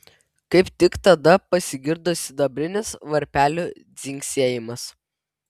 kaip tik tada pasigirdo sidabrinis varpelių dzingsėjimas